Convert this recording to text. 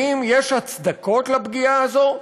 האם יש הצדקות לפגיעה הזאת?